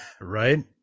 right